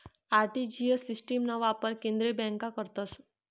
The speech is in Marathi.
आर.टी.जी.एस सिस्टिमना वापर केंद्रीय बँका करतस